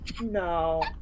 no